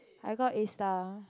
I got A star